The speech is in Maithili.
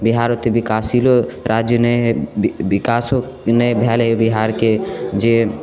बिहार ओतेक बिकासशीलो राज्य नहि हय बी बिकासो नहि भेल हय बिहारके जे